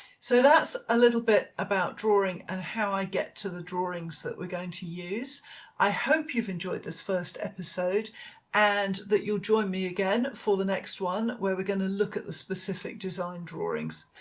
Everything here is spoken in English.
so that's a little bit about drawing and how i get to the drawings that we're going to use i hope you've enjoyed this first episode and that you'll join me again for the next one where we're going look at the specific design drawings.